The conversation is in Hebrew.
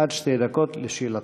עד שתי דקות לשאלתך.